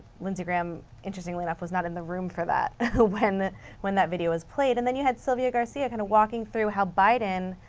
lindsey graham interestingly enough was not in the room for that when that when that video was played and you had sylvia garcia kind of walking through how biden